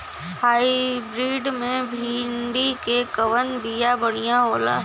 Hybrid मे भिंडी क कवन बिया बढ़ियां होला?